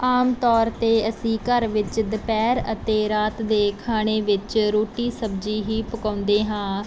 ਆਮ ਤੌਰ 'ਤੇ ਅਸੀਂ ਘਰ ਵਿੱਚ ਦੁਪਹਿਰ ਅਤੇ ਰਾਤ ਦੇ ਖਾਣੇ ਵਿੱਚ ਰੋਟੀ ਸਬਜ਼ੀ ਹੀ ਪਕਾਉਂਦੇ ਹਾਂ